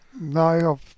No